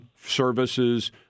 services